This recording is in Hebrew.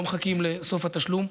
לא מחכים לסוף התשלום.